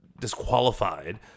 disqualified